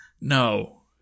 No